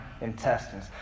intestines